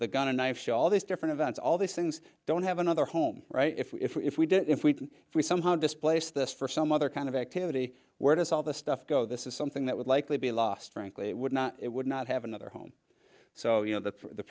the gun and knife show all these different events all these things don't have another home right if we do if we if we somehow displace this for some other kind of activity where does all this stuff go this is something that would likely be lost frankly would not it would not have another home so you know the